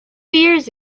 years